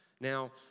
Now